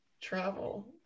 travel